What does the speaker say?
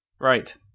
Right